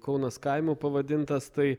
kaunas kaimu pavadintas tai